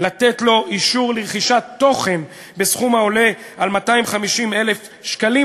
לתת לו אישור לרכישת תוכן בסכום העולה על 250,000 שקלים.